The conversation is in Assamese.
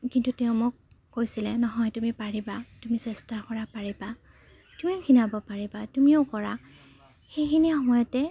কিন্তু তেওঁ মোক কৈছিলে নহয় তুমি পাৰিবা তুমি চেষ্টা কৰা পাৰিবা তুমিও ক্ষীণাব পাৰিবা তুমিও কৰা সেইখিনি সময়তে